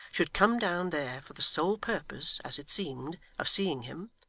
should come down there for the sole purpose, as it seemed, of seeing him,